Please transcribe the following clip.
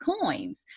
coins